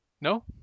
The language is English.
No